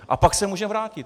A pak se může vrátit.